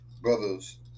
brothers